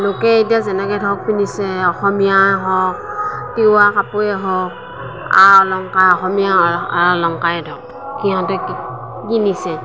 লোকে এতিয়া যেনেকৈ ধৰক পিন্ধিছে অসমীয়াই হওঁক তিৱা কাপোৰে হওঁক আ অলংকাৰ অসমীয়া আ অলংকাৰে ধৰক সিহঁতে কিনিছে